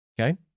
Okay